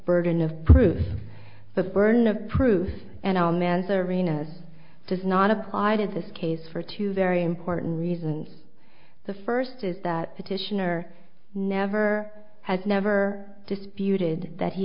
burden of proof the burden of proof and all man's arena does not apply to this case for two very important reasons the first is that petitioner never has never disputed that he